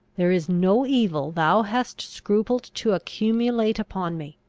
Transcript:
there is no evil thou hast scrupled to accumulate upon me!